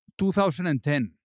2010